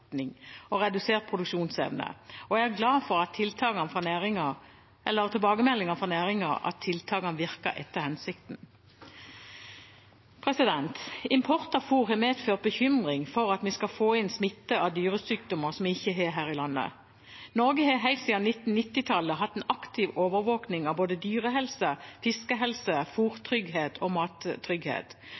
og redusert produksjonsevne, og jeg er glad for at tilbakemeldingene fra næringen er at tiltakene virket etter hensikten. Import av fôr har medført bekymring for at vi skal få inn smitte av dyresykdommer vi ikke har her i landet. Norge har helt siden 1990-tallet hatt en aktiv overvåkning av både dyrehelse, fiskehelse, fôrtrygghet og mattrygghet.